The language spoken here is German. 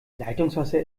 leitungswasser